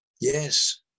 Yes